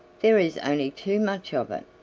there is only too much of it.